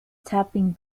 tapping